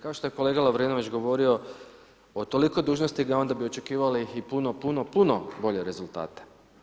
Kao što je kolega Lovrinović govorio od toliko dužnosnika onda bi očekivali i puno, puno, puno bolje rezultate.